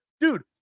dude